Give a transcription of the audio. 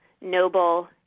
noble